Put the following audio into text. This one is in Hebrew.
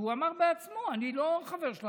הוא אמר בעצמו: אני לא חבר שלו,